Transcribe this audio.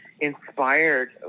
Inspired